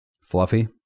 Fluffy